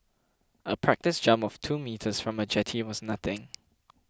a practice jump of two metres from a jetty was nothing